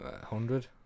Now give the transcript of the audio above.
hundred